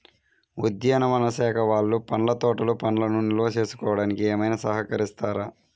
ఉద్యానవన శాఖ వాళ్ళు పండ్ల తోటలు పండ్లను నిల్వ చేసుకోవడానికి ఏమైనా సహకరిస్తారా?